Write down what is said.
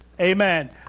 Amen